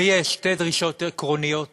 ויש, שתי דרישות עקרוניות